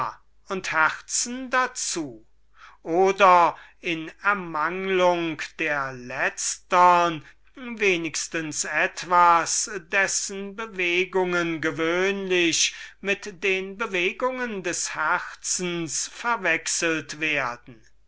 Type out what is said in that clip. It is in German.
und herzen dazu oder wenn sie keine hatten so hatten sie doch etwas dessen bewegungen sehr gewöhnlich mit den bewegungen des herzens verwechselt werden